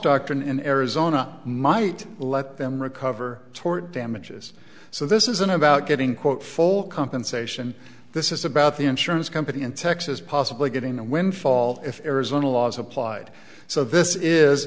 doctrine in arizona might let them recover tort damages so this isn't about getting quote full compensation this is about the insurance company in texas possibly getting a windfall if arizona law is applied so this is